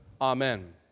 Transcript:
Amen